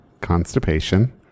Constipation